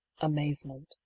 amazement